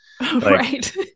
Right